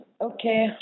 Okay